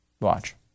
Watch